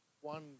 one